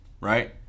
Right